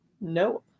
no